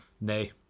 Nay